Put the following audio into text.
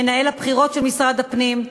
מנהל הבחירות של משרד הפנים,